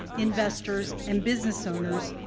investors, and business owners,